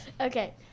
Okay